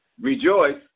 Rejoice